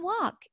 walk